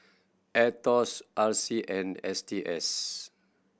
Aetos R C and S T S